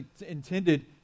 intended